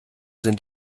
sind